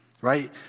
right